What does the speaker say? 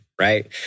Right